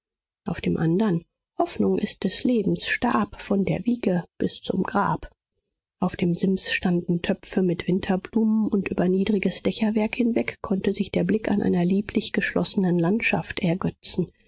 auf dem andern hoffnung ist des lebens stab von der wiege bis zum grab auf dem sims standen töpfe mit winterblumen und über niedriges dächerwerk hinweg konnte sich der blick an einer lieblich geschlossenen landschaft ergötzen